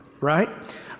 right